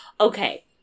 Okay